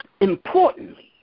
importantly